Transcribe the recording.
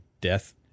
death